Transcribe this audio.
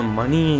money